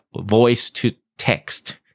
voice-to-text